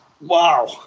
Wow